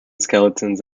skeletons